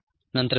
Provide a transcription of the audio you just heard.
नंतर भेटू